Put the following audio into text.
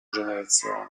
generazione